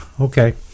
okay